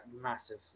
massive